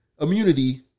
immunity